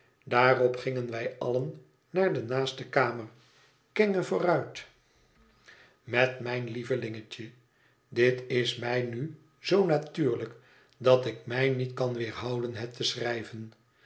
daarop gingen wij allen naar de naaste kamer kenge vooruit met mijn lievelingetje dit is mij nu zoo natuurlijk dat ik mij niet kan weerhouden het te schrijven